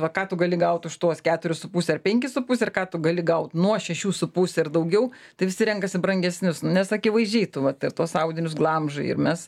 va ką tu gali gaut už tuos keturis su puse ar penkis su puse ir ką tu gali gaut nuo šešių su puse ir daugiau tai visi renkasi brangesnius nu nes akivaizdžiai tu vat ir tuos audinius glamžai ir mes